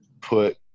put